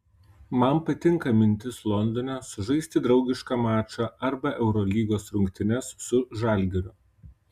man patinka mintis londone sužaisti draugišką mačą arba eurolygos rungtynes su žalgiriu